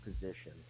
position